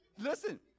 listen